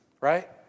right